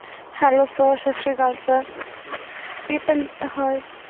hello sir Sat Sri Akal sir ਵੀ ਪੰਨ ਹਲਪ